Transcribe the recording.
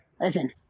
Listen